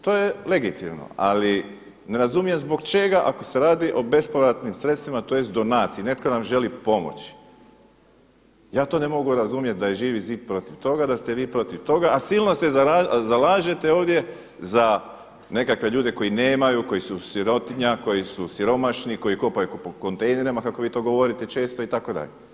To je legitimno ali ne razumijem zbog čega ako se radi o bespovratnim sredstvima, tj. donaciji, netko nam želi pomoći, ja to ne mogu razumjeti da je Živi zid protiv toga, da ste vi protiv toga a silno se zalažete ovdje za nekakve ljude koji nemaju, koji su sirotinja, koji kopaju po kontejnerima kako vi to govorite često itd.